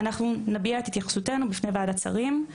אנחנו נביע את התייחסותנו בפני ועדת שרים,